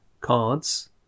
cards